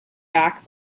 back